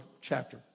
chapter